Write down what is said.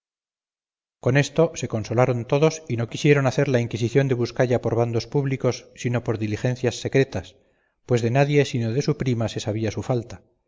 con esto se consolaron todos y no quisieron hacer la inquisición de buscalla por bandos públicos sino por diligencias secretas pues de nadie sino de su prima se sabía su falta